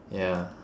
ya